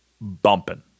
bumping